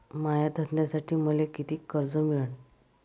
माया धंद्यासाठी मले कितीक कर्ज मिळनं?